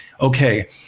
okay